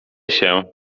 się